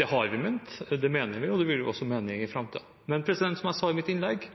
Det har vi ment, det mener vi, og det vil vi også mene i framtiden. Men, som jeg sa i mitt innlegg,